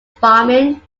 farming